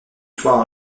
sois